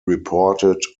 reported